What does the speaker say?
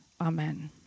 Amen